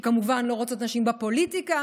אני שומעת פה ביטוי